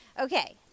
Okay